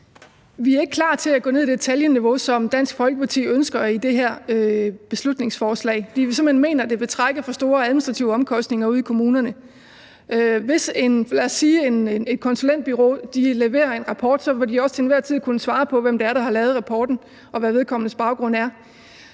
Vi er ikke klar til at gå ned i det detaljeniveau, som Dansk Folkeparti ønsker i det her beslutningsforslag, fordi vi simpelt hen mener, at det vil trække for store administrative omkostninger ude i kommunerne. Hvis et konsulentbureau leverer en rapport, vil de også til enhver tid kunne svare på, hvem det er, der har lavet rapporten, og hvad vedkommendes baggrund er,